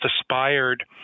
aspired